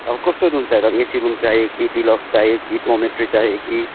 अब कस्तो रुम चाहिएको एसी रुम चाहियो कि डिलक्स चाहियो कि डोमेट्री चाहियो कि